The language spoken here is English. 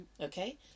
Okay